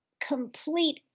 complete